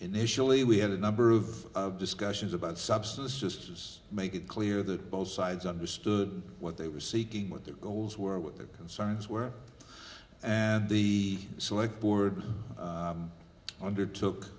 initially we had a number of discussions about substance just make it clear that both sides understood what they were seeking what their goals were what their concerns were and the select board undertook